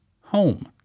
home